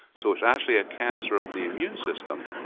so, it's actually a cancer of the immune system,